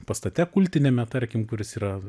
pastate kultiniame tarkim kuris yra